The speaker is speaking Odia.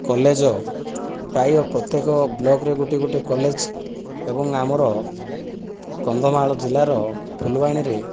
କଲେଜ ପ୍ରାୟ ପ୍ରତ୍ୟେକ ବ୍ଲକରେ ଗୋଟିଏ ଗୋଟିଏ କଲେଜ ଏବଂ ଆମର କନ୍ଧମାଳ ଜିଲ୍ଲାର ଫୁଲବାଣୀରେ